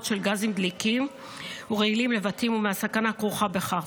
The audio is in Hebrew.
של גזים דליקים ורעילים לבתים ומהסכנה הכרוכה בכך.